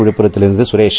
விழுப்புரத்திலிருந்து Suresh